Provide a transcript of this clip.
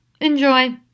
Enjoy